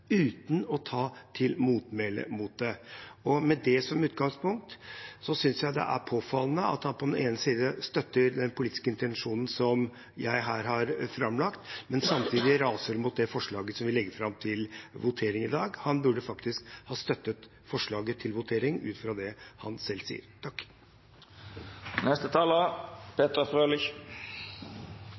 uten å ta til motmæle. Med det som utgangspunkt synes jeg det er påfallende at han på den ene siden støtter den politiske intensjonen som jeg her har framlagt, og samtidig raser mot det forslaget som vi legger fram til votering i dag. Han burde faktisk støtte forslaget i voteringen ut fra det han selv sier.